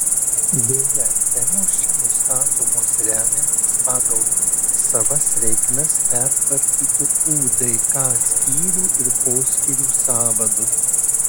beje temos čia nustatomos remiantis pagal savas reikmes pertvarkytu udk skyrių ir poskyrių sąvadu